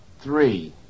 Three